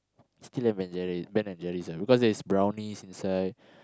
still M and Jerry Ben-and-Jerry's ah because there's brownies inside